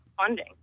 funding